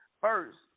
first